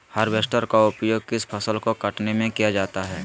Harvester का उपयोग किस फसल को कटने में किया जाता है?